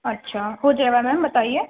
اچھا ہو جائے گا میم بتائیے